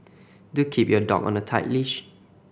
do keep your dog on a tight leash